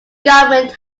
government